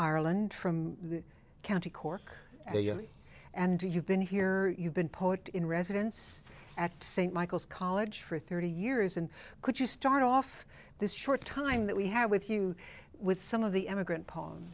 ireland from county cork and you've been here you've been poet in residence at st michael's college for thirty years and could you start off this short time that we have with you with some of the emigrant pa